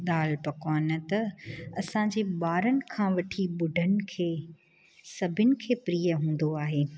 दालि पकवान त असांजे ॿारनि खां वठी ॿुढनि खे सभिनि खे प्रिय हूंदो आहे